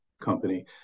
company